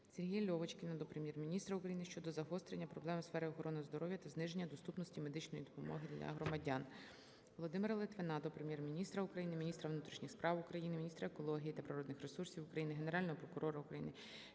Сергія Льовочкіна до Прем'єр-міністра України щодо загострення проблем у сфері охорони здоров'я та зниження доступності медичної допомоги для громадян. Володимира Литвина до Прем'єр-міністра України, міністра внутрішніх справ України, міністра екології та природних ресурсів України, Генерального прокурора України